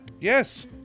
Yes